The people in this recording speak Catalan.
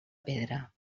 pedra